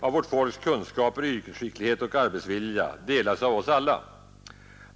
av vårt folks kunskaper, yrkesskicklighet och arbetsvilja delas av oss alla.